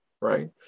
right